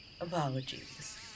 apologies